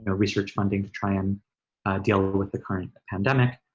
ah research funding to try and deal with the current pandemic.